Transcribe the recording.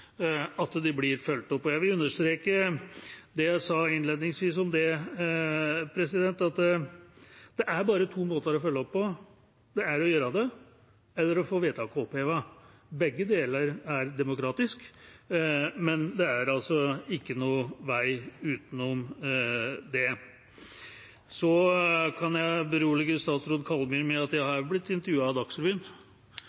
de fulgt opp. Og jeg vil understreke det jeg sa innledningsvis om det, at det bare er to måter å følge opp på: Det er å gjøre det eller å få vedtaket opphevet. Begge deler er demokratisk, men det er altså ikke noen vei utenom det. Så kan jeg berolige statsråd Kallmyr med at